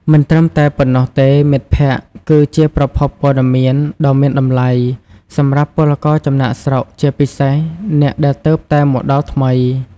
មិនត្រឹមតែប៉ុណ្ណោះទេមិត្តភក្តិគឺជាប្រភពព័ត៌មានដ៏មានតម្លៃសម្រាប់ពលករចំណាកស្រុក ជាពិសេសអ្នកដែលទើបតែមកដល់ថ្មី ។